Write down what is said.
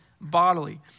bodily